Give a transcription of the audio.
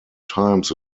times